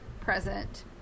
present